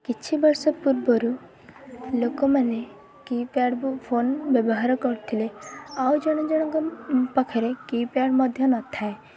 କିଛି ବର୍ଷ ପୂର୍ବରୁ ଲୋକମାନେ କିପ୍ୟାଡ଼୍ ଫୋନ୍ ବ୍ୟବହାର କରୁଥିଲେ ଆଉ ଜଣେ ଜଣଙ୍କ ପାଖରେ କିପ୍ୟାଡ଼୍ ମଧ୍ୟ ନଥାଏ